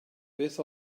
beth